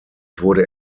wurde